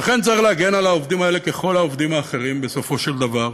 לכן צריך להגן על העובדים האלה כמו על כל העובדים האחרים בסופו של דבר,